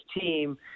team